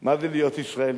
מה זה להיות ישראלי.